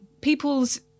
people's